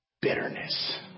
Bitterness